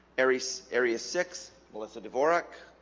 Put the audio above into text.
aires area six melissa dvorak